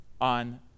on